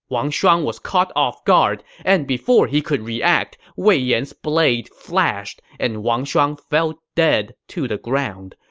wang shuang was caught off guard, and before he could react, wei yan's blade flashed, and wang shuang fell dead to the ground.